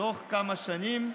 תוך כמה שנים,